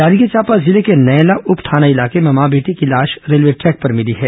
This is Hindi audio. जांजगीर चांपा जिले के नैला उपथाना इलाके में मां बेटी की लाश रेलवे ट्रैक पर मिली है